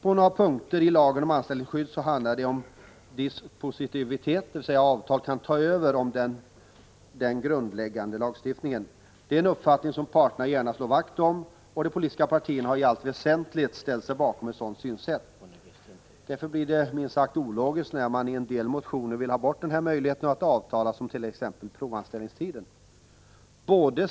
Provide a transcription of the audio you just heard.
På många punkter i lagen om anställningsskydd handlar det om dispositivitet, dvs. att avtal kan ta över den grundläggande lagstiftningen. Detta är en uppfattning som parterna gärna slår vakt om, och de politiska partierna har i allt väsentligt ställt sig bakom ett sådant synsätt. Därför blir det minst sagt ologiskt när man i en del motioner vill ha bort denna möjlighet att avtala om t.ex. provanställningstiden.